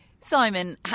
Simon